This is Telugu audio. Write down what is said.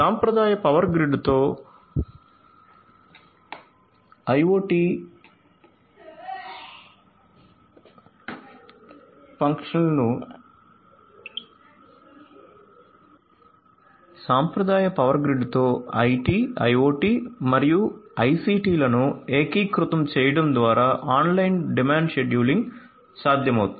సాంప్రదాయ పవర్ గ్రిడ్తో IT IoT మరియు ICTల ను ఏకీకృతం చేయడం ద్వారా ఆన్లైన్ డిమాండ్ షెడ్యూలింగ్ సాధ్యమవుతుంది